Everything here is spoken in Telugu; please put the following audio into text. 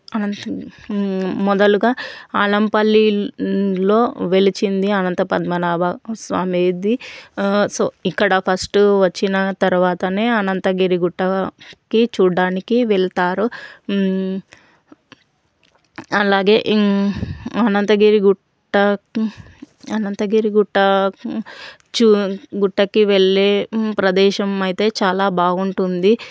అనంతం మొదలుగా ఆలంపల్లిలో వెలిచింది అనంత పద్మనాభ స్వామిది సో ఇక్కడ ఫస్ట్ వచ్చిన తర్వాతనే అనంతగిరిగుట్టకి చూడడానికి వెళ్తారు అలాగే అనంతగిరి గుట్ట అనంతగిరిగుట్ట చూ గుట్టకి వెళ్లే ప్రదేశం అయితే చాలా బాగుంటుంది